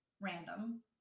random